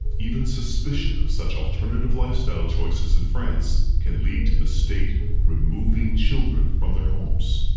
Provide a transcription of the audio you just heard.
even suspicion of such alternative lifestyle choices in france can lead to the state removing children from their homes.